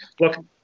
look